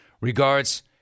Regards